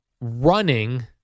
running